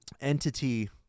entity